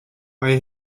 mae